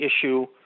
issue